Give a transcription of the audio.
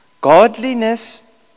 Godliness